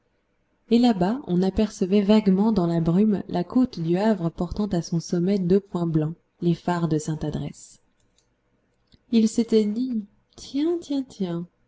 et là-bas on apercevait vaguement dans la brume la côte du havre portant à son sommet deux points blancs les phares de sainte adresse il s'était dit tiens tiens tiens en